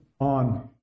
on